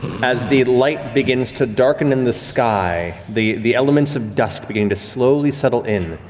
as the light begins to darken in the sky, the the elements of dusk beginning to slowly settle in,